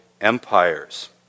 empires